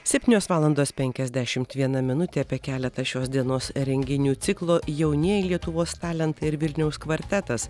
septynios valandos penkiasdešimt viena minutė apie keletą šios dienos renginių ciklo jaunieji lietuvos talentai ir vilniaus kvartetas